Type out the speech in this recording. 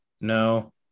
no